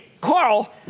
Carl